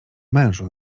mężu